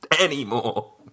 anymore